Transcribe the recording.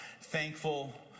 thankful